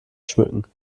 schmücken